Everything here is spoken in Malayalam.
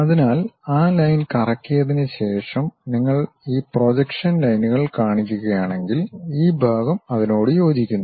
അതിനാൽ ആ ലൈൻ കറക്കിയതിന് ശേഷം നിങ്ങൾ ഈ പ്രൊജക്ഷൻ ലൈനുകൾ കാണുകയാണെങ്കിൽ ഈ ഭാഗം അതിനോട് യോജിക്കുന്നു